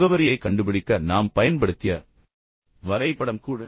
முகவரியைக் கண்டுபிடிக்க நாம் பயன்படுத்திய வரைபடம் கூட